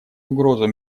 угрозу